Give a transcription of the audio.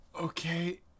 Okay